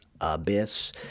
abyss